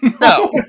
No